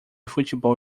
futebol